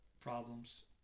problems